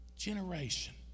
generation